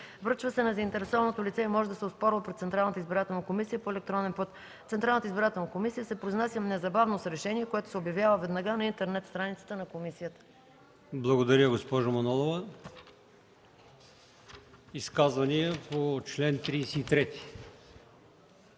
връчва се на заинтересованото лице и може да се оспорва пред Централната избирателна комисия по електронен път. Централната избирателна комисия се произнася незабавно с решение, което се обявява веднага на интернет страницата на комисията.” ПРЕДСЕДАТЕЛ АЛИОСМАН ИМАМОВ: Благодаря, госпожо Манолова. Изказвания по чл. 33?